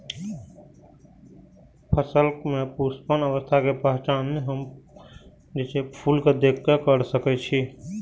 हम फसल में पुष्पन अवस्था के पहचान कोना कर सके छी?